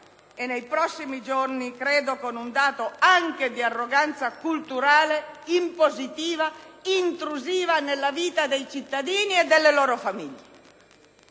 e nei prossimi giorni, credo, con un dato anche di arroganza culturale impositiva ed intrusiva nella vita dei cittadini e delle loro famiglie.